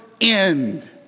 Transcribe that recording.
end